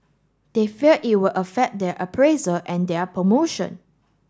they fear it will affect their appraisal and their promotion